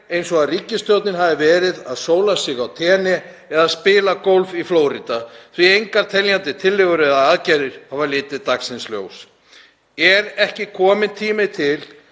eins og að ríkisstjórnin hafi verið að sóla sig á Tenerife eða spila golf í Flórída því að engar teljandi tillögur eða aðgerðir hafa litið dagsins ljós. Er ekki kominn tími til